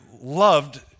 loved